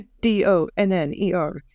D-O-N-N-E-R